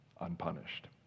Unpunished